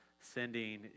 Sending